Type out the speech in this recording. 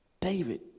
David